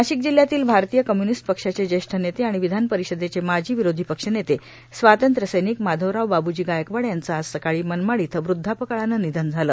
नाशिक जिल्हयातील भारतीय कम्यूनिस्ट पक्षाचे ज्येष्ठ नेते आणि विधान परिषदेचे माजी विरोधी पक्षनेते स्वातंत्र्य सैनिक माधवराव बाबूजी गायकवाड यांचं आज सकाळी मनमाड इथं वृद्धापकाळानं निधन झालं